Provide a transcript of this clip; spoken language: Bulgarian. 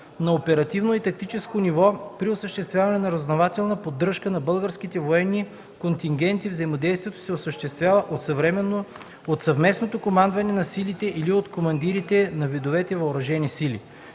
На оперативно и тактическо ниво при осъществяване на разузнавателна поддръжка на българските военни контингенти взаимодействието се осъществява от Съвместното командване на силите или от командирите на видовете въоръжени сили.